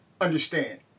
understand